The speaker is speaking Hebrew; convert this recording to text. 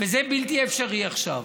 וזה בלתי אפשרי עכשיו.